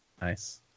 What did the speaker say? Nice